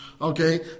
Okay